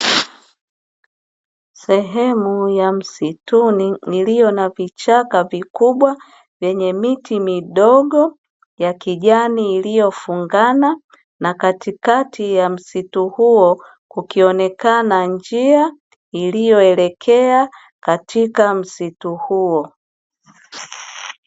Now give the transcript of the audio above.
Sehemu ya msituni iliyo na vichaka vikubwa yenye miti midogo ya kijani iliyofungana, na katikati ya msitu huo kukionekana njia iliyo elekea katika msitu huo.